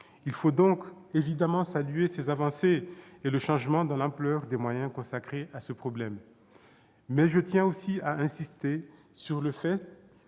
Il faut donc évidemment saluer ces avancées et le changement dans l'ampleur des moyens consacrés à ce problème. Cependant, je tiens aussi à insister sur le fait